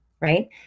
right